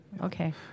Okay